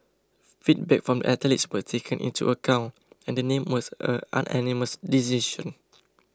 feedback from athletes were taken into account and the name was a unanimous decision